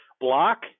block